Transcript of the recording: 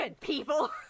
people